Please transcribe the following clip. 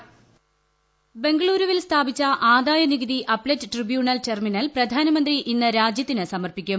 voice ബംഗളൂരുവിൽ സ്ഥാപിച്ച ആദായ നികുതി അപ്പലേറ്റ് ട്രിബ്യൂണൽ ടെർമിനൽ പ്രധാനമന്ത്രി ഇന്ന് രാജ്യത്തിന് സമർപ്പിക്കും